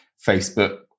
Facebook